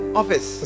office